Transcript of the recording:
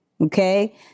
Okay